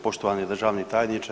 Poštovani državni tajniče.